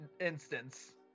instance